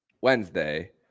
Wednesday